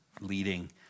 leading